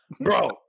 bro